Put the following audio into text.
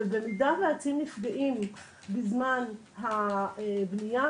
ובמידה והעצים נפגעים בזמן הבנייה,